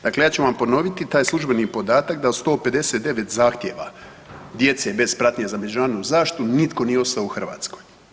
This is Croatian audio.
Dakle, ja ću vam ponoviti taj službeni podatak da 159 zahtjeva djece bez pratnje za međunarodnom zaštitom nitko nije ostao u Hrvatskoj.